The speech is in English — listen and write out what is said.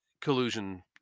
collusion